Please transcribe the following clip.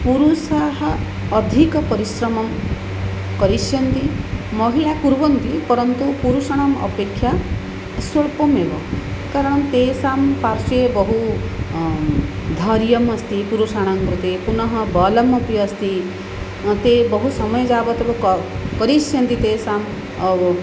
पुरुषाः अधिकपरिश्रमं करिष्यन्ति महिलाः कुर्वन्ति परन्तु पुरुषाणाम् अपेक्षया स्वल्पमेव कारणं तेषां पार्श्वे बहु धैर्यम् अस्ति पुरुषाणां कृते पुनः बलमपि अस्ति ते बहु समयं यावत् कोर् करिष्यन्ति तेषाम् अव